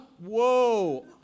whoa